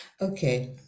Okay